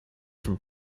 from